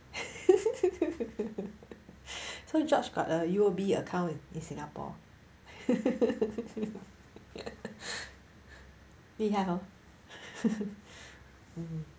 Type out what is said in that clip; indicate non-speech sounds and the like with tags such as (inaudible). (laughs) so george got a U_O_B account in singapore (laughs) 厉害 hor